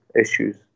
issues